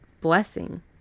blessing